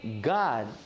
God